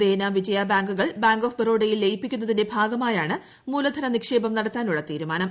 ദേന വിജയ ബാങ്കുകൾ bank of ബറോഡയിൽ ലയിപ്പിക്കുന്നതിന്റെ ഭാഗമായാണ് മൂലധന നിക്ഷേപം നടത്താനുള്ള തീരുമാനം